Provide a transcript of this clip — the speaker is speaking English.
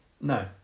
No